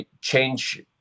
change